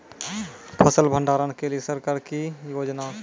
फसल भंडारण के लिए सरकार की योजना?